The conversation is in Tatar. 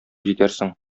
җитәрсең